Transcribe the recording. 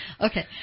Okay